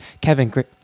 Kevin